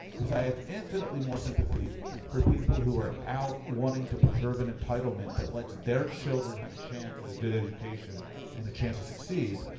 is i have infinitely more sympathy for people who are out wanting to preserve an entitlement that lets their children have a chance at a good education and a change to succeed,